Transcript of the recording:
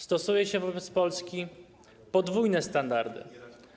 Stosuje się wobec Polski podwójne standardy.